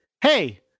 hey